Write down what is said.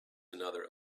another